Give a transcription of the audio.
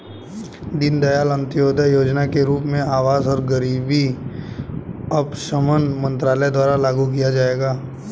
दीनदयाल अंत्योदय योजना के रूप में आवास और गरीबी उपशमन मंत्रालय द्वारा लागू किया जाएगा